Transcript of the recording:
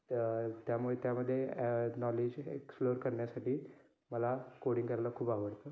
तं त्यामुळे त्यामधे नॉलेज एक्सप्लोर करण्यासाठी मला कोडिंग करायला खूप आवडतं